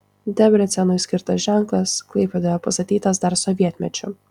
debrecenui skirtas ženklas klaipėdoje pastatytas dar sovietmečiu